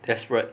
desperate